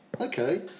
okay